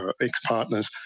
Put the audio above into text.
ex-partners